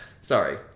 Sorry